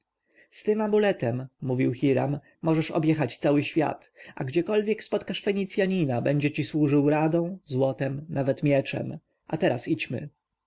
z tym amuletem mówił hiram możesz objechać cały świat a gdziekolwiek spotkasz fenicjanina będzie ci służył radą złotem nawet mieczem a teraz idźmy